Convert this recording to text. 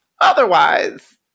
Otherwise